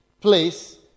place